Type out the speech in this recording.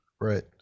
right